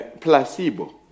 placebo